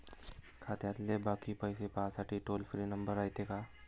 खात्यातले बाकी पैसे पाहासाठी टोल फ्री नंबर रायते का?